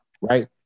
right